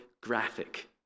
graphic